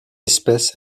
espèce